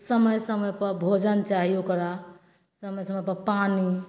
समय समयपर भोजन चाही ओकरा समय समयपर पानि